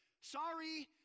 Sorry